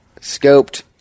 scoped